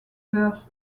peur